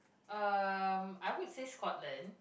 um I would say Scotland